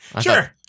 sure